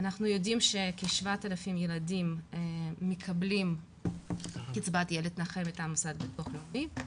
אנחנו יודעים כ- 7,000 ילדים מקבלים קצבת ילד נכה מהמוסד לביטוח לאומי,